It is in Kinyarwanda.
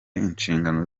inshingano